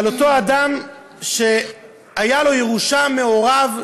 על אותו אדם שהייתה לו ירושה מהוריו,